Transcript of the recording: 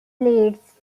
leads